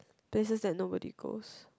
there's like nobody goes